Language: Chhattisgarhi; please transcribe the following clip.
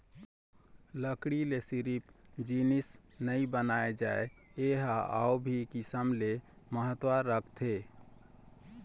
लकड़ी ले सिरिफ जिनिस नइ बनाए जाए ए ह अउ भी किसम ले महत्ता राखथे